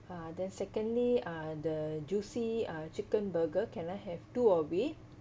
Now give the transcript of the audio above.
uh then secondly uh the juicy uh chicken burger can I have two of it